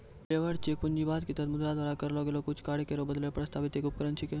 labour cheque पूंजीवाद क तहत मुद्रा द्वारा करलो गेलो कुछ कार्य केरो बदलै ल प्रस्तावित एक उपकरण छिकै